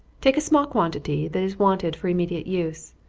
take a small quantity, that is wanted for immediate use.